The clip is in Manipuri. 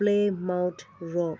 ꯄ꯭ꯂꯦ ꯃꯥꯎꯠ ꯔꯣꯛ